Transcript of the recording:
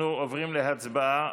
אנחנו עוברים להצבעה.